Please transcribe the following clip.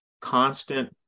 constant